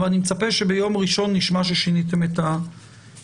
ואני מצפה שביום ראשון נשמע ששיניתם את המדיניות.